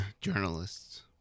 Journalists